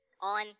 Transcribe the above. on